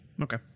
okay